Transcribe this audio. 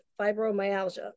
fibromyalgia